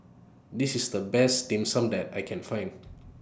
This IS The Best Dim Sum that I Can Find